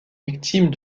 victimes